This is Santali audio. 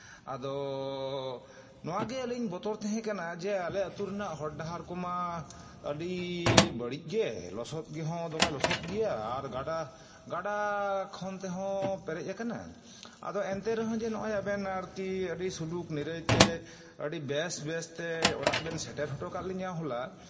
ᱟᱫᱚ ᱱᱚᱣᱟᱜᱮᱞᱤᱧ ᱵᱚᱛᱚᱨ ᱛᱟᱦᱮᱸ ᱠᱟᱱᱟ ᱡᱮ ᱟᱞᱮ ᱟᱹᱛᱩ ᱨᱮᱱᱟᱜ ᱦᱚᱨ ᱰᱟᱦᱟᱨ ᱠᱚᱢᱟ ᱟᱹᱰᱤ ᱵᱟᱹᱲᱤᱡ ᱜᱮ ᱞᱚᱥᱚᱫ ᱦᱚᱸ ᱫᱚᱢᱮ ᱞᱚᱥᱚᱫ ᱜᱮᱭᱟ ᱟᱨ ᱜᱟᱰᱟ ᱜᱟᱰᱟ ᱠᱷᱚᱱ ᱛᱮᱦᱚᱸ ᱯᱮᱨᱮᱡ ᱟᱠᱟᱱᱟ ᱟᱫᱚ ᱮᱱᱛᱮ ᱨᱮᱦᱚᱸ ᱡᱮ ᱱᱚᱜᱼᱚᱭ ᱟᱵᱮᱱ ᱟᱨᱠᱤ ᱟᱹᱰᱤ ᱥᱩᱞᱩᱠ ᱱᱤᱨᱟᱹᱭᱛᱮ ᱟᱹᱰᱤ ᱵᱮᱥ ᱵᱮᱥᱛᱮ ᱚᱲᱟᱜ ᱵᱮᱱ ᱥᱮᱴᱮᱨ ᱦᱚᱴᱚ ᱠᱟᱜ ᱞᱤᱧᱟᱹ ᱦᱚᱞᱟ